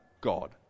God